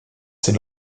ces